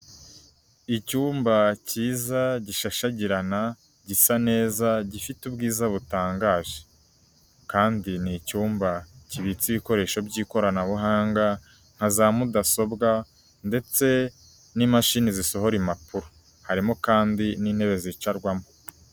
Icyumba cyiza gishashagirana gisa neza, gifite ubwiza butangaje kandi n’icyumba kibitse ibikoresho by'ikoranabuhanga, nka za mudasobwa ndetse n'imashini zisohora impapuro, harimo kandi n'intebe zicarwamo.